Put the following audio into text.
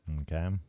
Okay